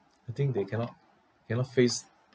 I think they cannot cannot face